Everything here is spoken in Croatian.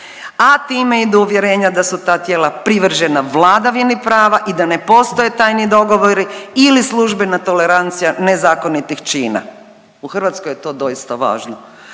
a time i do uvjerenja da su ta tijela privržena vladavini prava i da ne postoje tajni dogovori ili službena tolerancija nezakonitih čina. U Hrvatskoj je to doista važno.